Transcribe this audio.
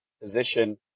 position